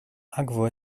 akvo